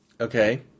Okay